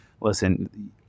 listen